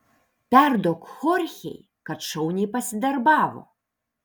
perduok chorchei kad šauniai pasidarbavo